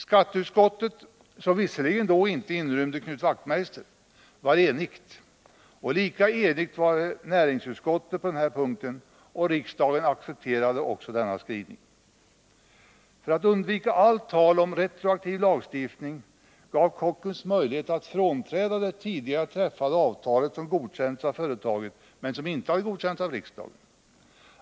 Skatteutskottet, som visserligen då inte inrymde Knut Wachtmeister, var enigt. Lika enigt var näringsutskottet på den här punkten, och riksdagen accepterade också denna skrivning. För att undvika allt tal om retroaktiv lagstiftning gav man Kockums möjlighet att frånträda det tidigare avtalet, som godkänts av företaget men som inte godkänts av riksdagen.